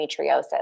endometriosis